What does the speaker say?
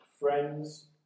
friends